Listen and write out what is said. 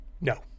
No